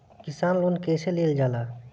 किसान लोन कईसे लेल जाला?